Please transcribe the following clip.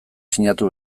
sinatu